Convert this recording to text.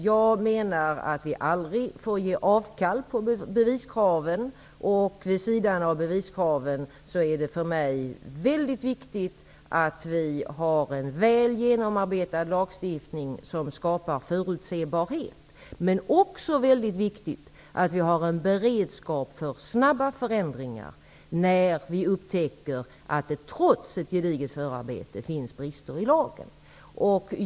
Jag menar att vi aldrig får göra avkall på beviskraven. Vid sidan härav är det för mig mycket viktigt att vi har en väl genomarbetad lagstiftning, som skapar förutsebarhet. Men det är också mycket viktigt att vi har en beredskap för snabba förändringar när vi upptäcker att det trots ett gediget förarbete finns brister i lagen.